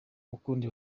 n’ukundi